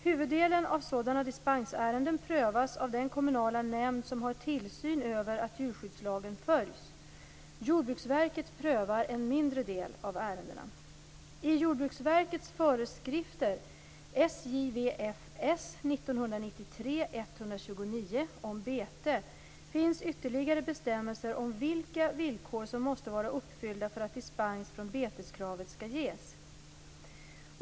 Huvuddelen av sådana dispensärenden prövas av den kommunala nämnd som har tillsyn över att djurskyddslagen följs. Jordbruksverket prövar en mindre del av ärendena. om bete finns ytterligare bestämmelser om vilka villkor som måste vara uppfyllda för att dispens från beteskravet skall ges.